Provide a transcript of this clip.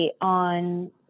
on